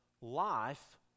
life